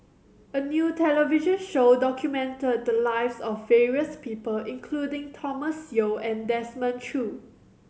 a new television show documented the lives of various people including Thomas Yeo and Desmond Choo